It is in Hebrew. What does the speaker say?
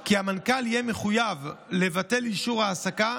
כי המנכ"ל יהיה מחויב לבטל אישור העסקה